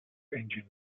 engines